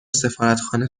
سفارتخانه